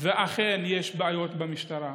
ואכן יש בעיות במשטרה,